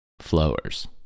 flowers